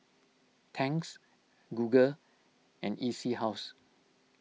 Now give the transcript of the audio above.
Tangs Google and E C House